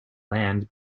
land